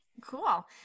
Cool